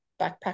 backpack